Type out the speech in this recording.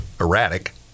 erratic